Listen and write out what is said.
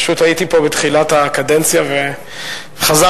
פשוט הייתי פה בתחילת הקדנציה וחזרתי.